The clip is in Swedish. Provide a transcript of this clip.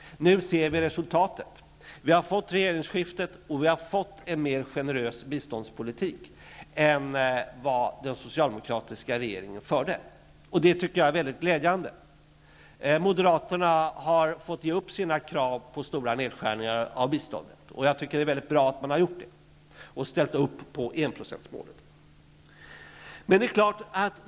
Nu ser vi resultatet. Vi har fått ett regeringsskifte och en mer generös biståndspolitik än vad den socialdemokratiska regeringen förde. Det tycker jag är mycket glädjande. Moderaterna har fått ge upp sina krav på stora nedskärningar av biståndet. Det är mycket bra att man har gjort det och ställt sig bakom enprocentsmålet.